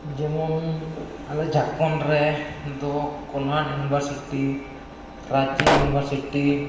ᱡᱮᱢᱚᱱ ᱟᱞᱮ ᱡᱷᱟᱲᱠᱷᱚᱸᱰ ᱨᱮ ᱫᱚ ᱠᱳᱞᱦᱟᱱ ᱤᱭᱩᱱᱤᱵᱷᱟᱨᱥᱤᱴᱤ ᱨᱟᱸᱪᱤ ᱤᱭᱩᱱᱤᱵᱷᱟᱨᱥᱤᱴᱤ